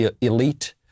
elite